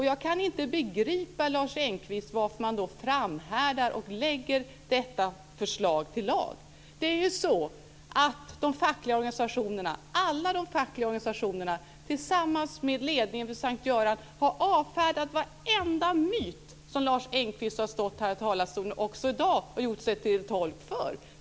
Jag kan inte begripa, Lars Engqvist, varför man framhärdar och lägger fram detta lagförslag. Alla de fackliga organisationerna tillsammans med ledningen på S:t Göran har avfärdat varenda myt som Lars Engqvist här har gjort sig till tolk för också här i dag.